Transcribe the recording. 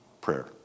Prayer